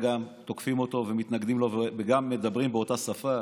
תוקפים גם אותו ומתנגדים לו וגם מדברים באותה שפה,